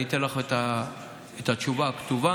אני אתן לך את התשובה הכתובה.